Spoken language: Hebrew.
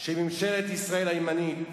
של ממשלת ישראל הימנית,